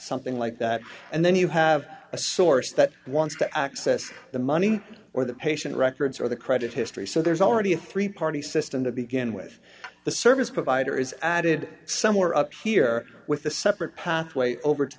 something like that and then you have a source that wants to access the money or the patient records or the credit history so there's already a three dollars party system to begin with the service provider is added somewhere up here with the separate pathway over to